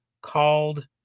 Called